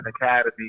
Academy